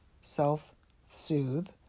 self-soothe